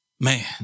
man